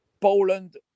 Poland